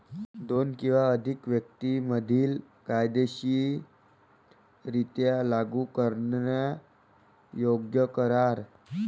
दोन किंवा अधिक व्यक्तीं मधील कायदेशीररित्या लागू करण्यायोग्य करार